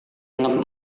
ingat